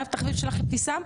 מה התחביב שלך אבתיסאם?